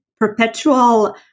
Perpetual